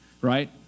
right